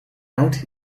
out